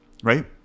Right